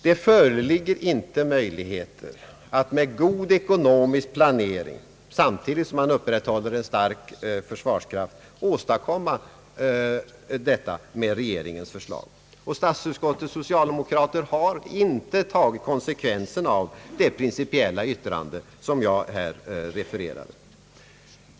Det föreligger inte möjligheter att med god ekonomisk planering och samtidigt som man upprätthåller en stark försvarskraft åstadkomma detta med regeringens förslag. Statsutskottets socialdemokrater har inte tagit konsekvensen av det principiella yttrande som jag här refererat.